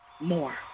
more